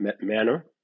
manner